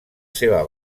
seva